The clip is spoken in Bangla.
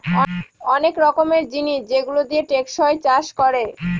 অনেক রকমের জিনিস যেগুলো দিয়ে টেকসই চাষ করে